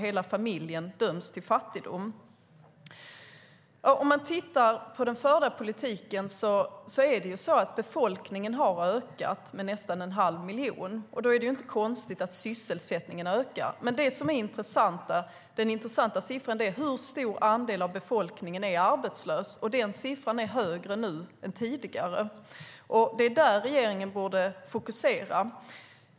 Hela familjen döms då till fattigdom. Samtidigt som vi tittar på den förda politiken måste vi komma ihåg att befolkningen har ökat med nästan en halv miljon. Då är det inte konstigt att sysselsättningen ökar. Den intressanta siffran är hur stor andel av befolkningen som är arbetslös, och den siffran är högre nu än tidigare. Det är vad regeringen borde fokusera på.